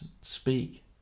speak